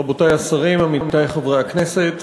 תודה לך, רבותי השרים, עמיתי חברי הכנסת,